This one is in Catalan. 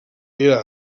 era